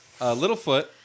Littlefoot